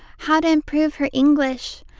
how to improve her english.